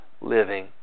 living